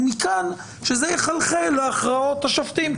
ומכאן שזה יחלחל להכרעות השופטים,